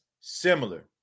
similar